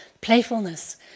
Playfulness